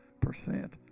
percent